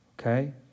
okay